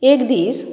एक दीस